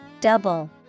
Double